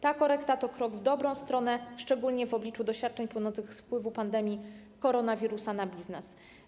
Ta korekta to krok w dobrą stronę, szczególnie w obliczu doświadczeń płynących z wpływu pandemii koronawirusa na biznes.